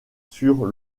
sur